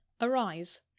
Arise